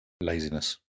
Laziness